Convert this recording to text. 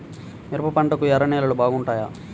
మిరప పంటకు ఎర్ర నేలలు బాగుంటాయా?